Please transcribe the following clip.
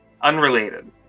Unrelated